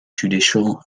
judicial